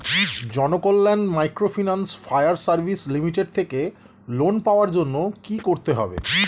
Janakalyan microfinance fire service limited থেকে loan পাওয়ার জন্য কি করতে হবে?